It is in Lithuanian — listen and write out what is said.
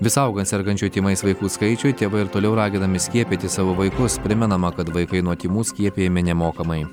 vis augant sergančių tymais vaikų skaičiui tėvai ir toliau raginami skiepyti savo vaikus primenama kad vaikai nuo tymų skiepijami nemokamai